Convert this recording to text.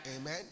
Amen